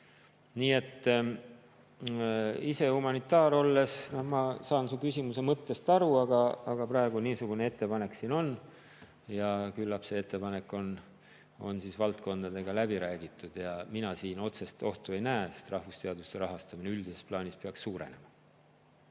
kasvab. Ise humanitaar olles ma saan su küsimuse mõttest aru, aga praegu niisugune ettepanek siin on, ja küllap see ettepanek on valdkondadega läbi räägitud. Mina siin otsest ohtu ei näe, sest rahvusteaduste rahastamine üldises plaanis peaks suurenema.